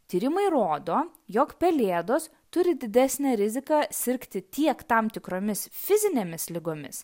tyrimai rodo jog pelėdos turi didesnę riziką sirgti tiek tam tikromis fizinėmis ligomis